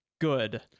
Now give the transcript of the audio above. good